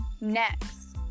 Next